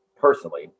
personally